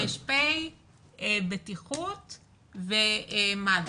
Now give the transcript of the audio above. ר"פ, בטיחות ומד"א.